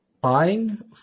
buying